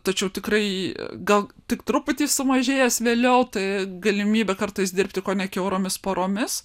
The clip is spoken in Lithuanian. tačiau tikrai gal tik truputį sumažėjęs vėliau tai galimybė kartais dirbti kone kiauromis paromis